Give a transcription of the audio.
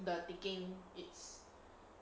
the ticking it's